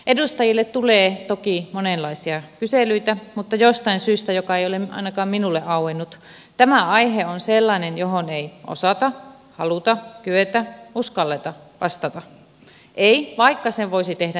edustajille tulee toki monenlaisia kyselyitä mutta jostain syystä joka ei ole ainakaan minulle auennut tämä aihe on sellainen johon ei osata haluta kyetä uskalleta vastata ei vaikka sen voisi tehdä nimettömänä